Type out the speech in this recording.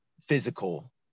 physical